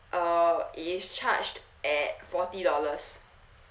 uh it is charged at forty dollars